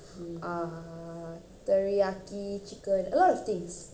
ah teriyaki chicken a lot of things